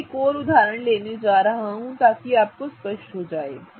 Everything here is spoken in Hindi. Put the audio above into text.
मैं एक और उदाहरण ऐसे करने जा रहा हूं ताकि आपको स्पष्ट हो जाए